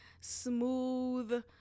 smooth